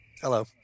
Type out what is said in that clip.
Hello